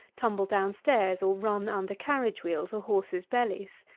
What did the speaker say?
tumble down stairs, or run under carriage-wheels or horses' bellies.